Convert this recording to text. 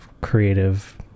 creative